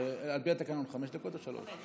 על פי התקנון חמש דקות או שלוש?